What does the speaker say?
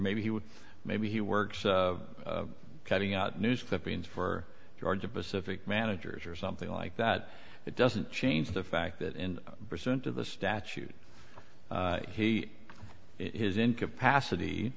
maybe he was maybe he works cutting out news clippings for georgia pacific managers or something like that it doesn't change the fact that in percent of the statute he has incapacity